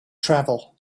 travel